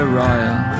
royal